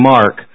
Mark